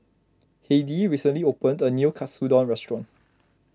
Heidy recently opened a new Katsudon restaurant